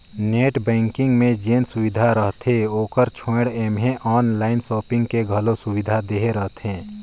net banking मे जेन सुबिधा रहथे ओकर छोयड़ ऐम्हें आनलाइन सापिंग के घलो सुविधा देहे रहथें